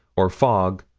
or fog,